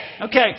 Okay